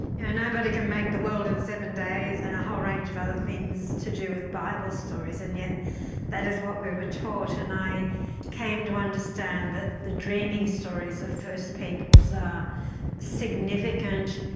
yeah and but can make the world in seven days, and a whole range of other things to do with bible stories, and yet that is what we were taught. and i came to understand that the dreaming stories of first peoples are significant.